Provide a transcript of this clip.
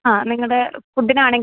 ആ നിങ്ങളുടെ ഫുഡ്ഡിനാണെങ്കിലും